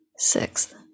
Sixth